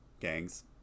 Gangs